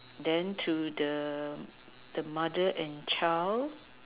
then to the the mother and child